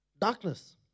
darkness